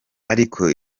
ariko